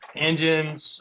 engines